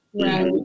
right